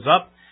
up